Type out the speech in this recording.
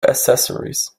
accessories